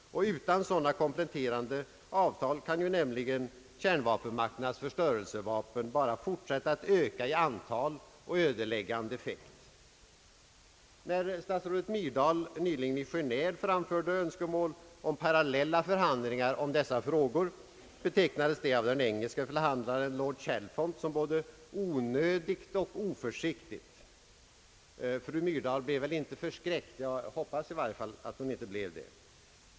Utan sådana kompletterande avtal kan nämligen kärnvapenmakternas förstörelsevapen bara fortsätta att öka i antal och ödeläggande effekt. När statsrådet Myrdal nyligen i Geneve framförde önskemål om parallella förhandlingar om dessa frågor, betecknades det av den engelske förhandlaren lord Chalfont som både »onödigt och oförsiktigt». Fru Myrdal blev väl inte förskräckt — jag hoppas i varje fall att hon inte blev det.